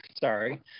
sorry